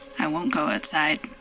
i won't go outside.